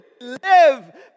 live